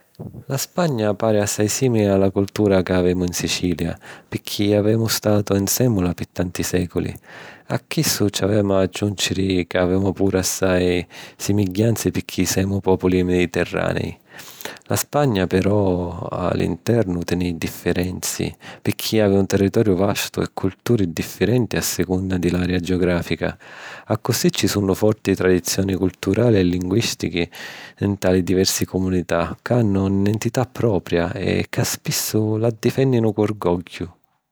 La Spagna pari assai sìmili a la cultura ca avemu in Sicilia, picchì avemu statu nsèmmula pi tanti sèculi. A chissu ci avemu a agghiùnciri ca avemu puru assai simigghianzi picchì semu pòpuli mediterranei. La Spagna, però, a l’internu teni differenzi, picchì havi un territoriu vastu e culturi differenti a secunna di l’area geogràfica. Accussì ci sunnu forti tradizioni culturali e linguìstichi nta li diversi cumunità ca hannu n'identità propia e ca spissu la difènninu cu orgogghiu.